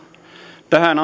tähän